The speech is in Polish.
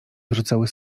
wyrzucały